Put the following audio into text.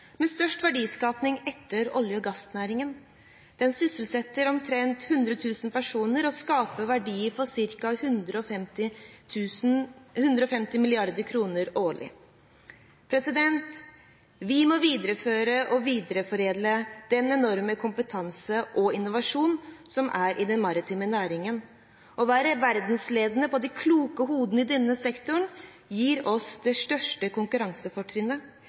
med størst verdiskaping etter olje- og gassnæringen. Den sysselsetter omtrent 100 000 personer og skaper verdier for ca. 150 mrd. kr årlig. Vi må videreføre og videreforedle den enorme kompetanse og innovasjon som er i den maritime næringen. Å være verdensledende på de kloke hodene i denne sektoren gir oss det største konkurransefortrinnet.